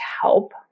help